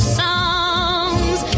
songs